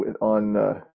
on